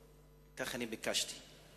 כך אני ביקשתי.